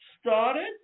started